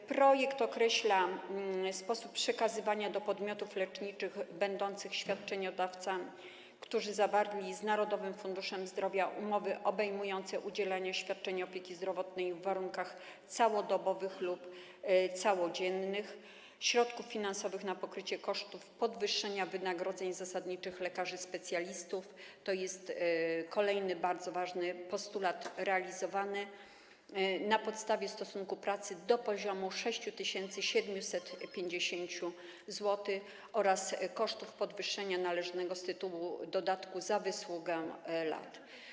W projektowanej ustawie określa się sposób przekazywania do podmiotów leczniczych będących świadczeniodawcami, które zawarły z Narodowym Funduszem Zdrowia umowy obejmujące udzielanie świadczeń opieki zdrowotnej w warunkach całodobowych lub całodziennych, środków finansowych na pokrycie kosztów podwyższenia wynagrodzeń zasadniczych lekarzy specjalistów - to jest kolejny bardzo ważny postulat realizowany na podstawie stosunku pracy - do poziomu 6750 zł oraz kosztów podwyższenia należnego z tytułu dodatku za wysługę lat.